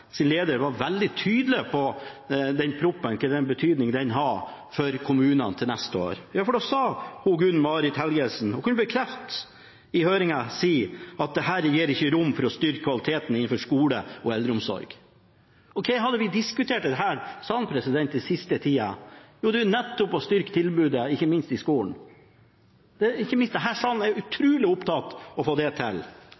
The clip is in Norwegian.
leder var veldig tydelig på hvilken betydning denne proposisjonen har for kommunene til neste år. Gunn Marit Helgesen kunne bekrefte i høringen – og sa – at dette gir ikke rom for å styrke kvaliteten innenfor skole og eldreomsorg. Og hva har vi diskutert i denne salen den siste tida? Jo, det er nettopp å styrke tilbudet ikke minst i skolen, og ikke minst denne salen er utrolig opptatt av å få det til. Det er